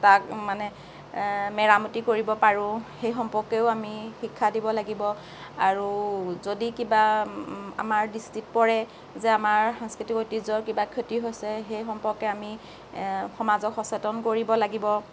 তাক মানে মেৰামতি কৰিব পাৰোঁ সেই সম্পৰ্কেও আমি শিক্ষা দিব লাগিব আৰু যদি কিবা আমাৰ দৃষ্টিত পৰে যে আমাৰ সাংস্কৃতিক ঐতিহ্যৰ কিবা ক্ষতি হৈছে সেই সম্পৰ্কে আমি সমাজক সচেতন কৰিব লাগিব